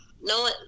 No